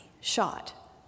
shot